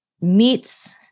meets